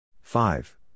five